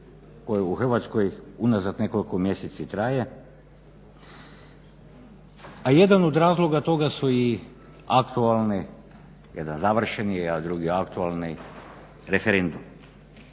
koje u Hrvatskoj unazad nekoliko mjeseci traje, a jedan od razloga toga su i aktualne jedan završeni, a drugi aktualni referendum.